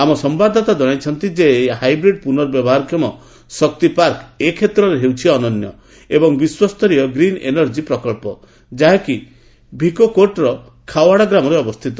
ଆମ ସମ୍ଭାଦଦାତା ଜଣାଇଛନ୍ତି ଯେ ଏହି ହାଇବ୍ରିଡ୍ ପୁନର୍ବ୍ୟବହାର କ୍ଷମ ଶକ୍ତି ପାର୍କ ଏ କ୍ଷେତ୍ରରେ ହେଉଛି ଅନନ୍ୟ ଏବଂ ବିଶ୍ୱସ୍ତରୀୟ ଗ୍ରିନ୍ ଏନର୍ଜୀ ପ୍ରକଳ୍ପ ଯାହାକି ଭିକାକୋଟ୍ର ଖାୱାଡା ଗ୍ରାମରେ ଅବସ୍ଥିତ